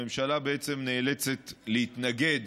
הממשלה נאלצת להתנגד